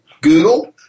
Google